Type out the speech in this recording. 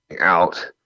out